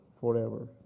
forever